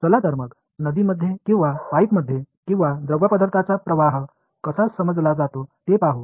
चला तर मग नदीमध्ये किंवा पाईपमध्ये किंवा द्रवपदार्थाचा प्रवाह कसा समजला जातो ते पाहू